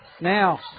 now